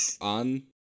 on